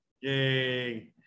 yay